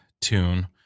tune